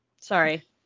Sorry